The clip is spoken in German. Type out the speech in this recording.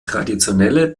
traditionelle